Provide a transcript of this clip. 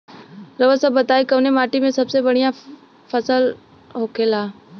रउआ सभ बताई कवने माटी में फसले सबसे बढ़ियां होखेला?